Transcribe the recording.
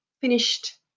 finished